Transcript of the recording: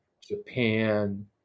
Japan